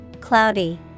Cloudy